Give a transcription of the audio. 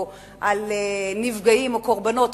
או על נפגעים או קורבנות,